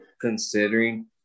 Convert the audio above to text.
considering